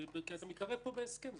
כי אתה מתערב פה בהסכם,